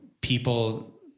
people